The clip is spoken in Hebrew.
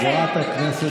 חברת הכנסת סלימאן.